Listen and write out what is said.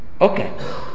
Okay